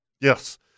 Yes